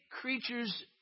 creatures